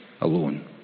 alone